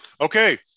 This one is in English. Okay